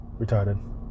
retarded